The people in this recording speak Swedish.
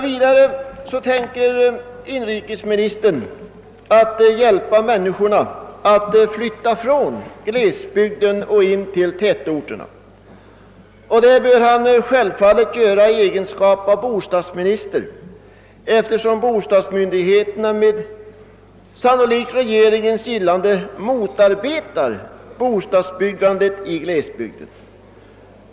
Vidare avser inrikesministern att hjälpa människorna att flytta från glesbygden in till tätorterna. Det bör han självfallet göra i sin egenskap av bostadsminister, eftersom bostadsmyndigheterna — sannolikt med regeringens gillande motarbetar bostadsbyggandet i glesbygder.